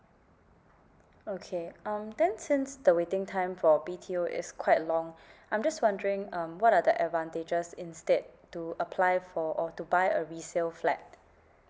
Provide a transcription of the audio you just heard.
okay um then since the waiting time for B_T_O is quite long I'm just wondering um what are the advantages instead to apply for or to buy a resale flat